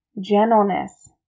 gentleness